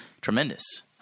tremendous